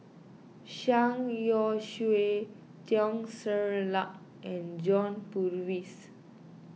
Zhang Youshuo Teo Ser Luck and John Purvis